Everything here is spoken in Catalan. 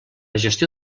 gestió